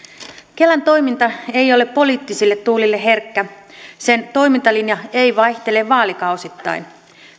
kelan toiminta ei ole poliittisille tuulille herkkä sen toimintalinja ei vaihtele vaalikausittain